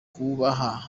kubaha